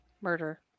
murder